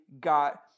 got